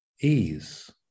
ease